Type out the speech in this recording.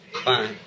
Fine